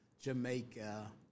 Jamaica